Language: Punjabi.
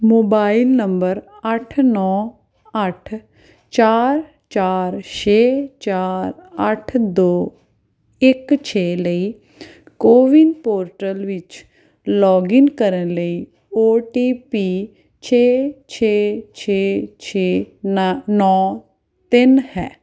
ਮੋਬਾਈਲ ਨੰਬਰ ਅੱਠ ਨੌਂ ਅੱਠ ਚਾਰ ਚਾਰ ਛੇ ਚਾਰ ਅੱਠ ਦੋ ਇੱਕ ਛੇ ਲਈ ਕੋਵਿਨ ਪੋਰਟਲ ਵਿੱਚ ਲੌਗਇਨ ਕਰਨ ਲਈ ਓ ਟੀ ਪੀ ਛੇ ਛੇ ਛੇ ਛੇ ਨਾ ਨੌਂ ਤਿੰਨ ਹੈ